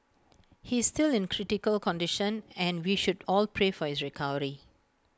he's still in critical condition and we should all pray for his recovery